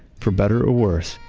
for better or worse,